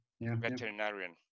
veterinarian